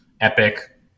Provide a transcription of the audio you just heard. epic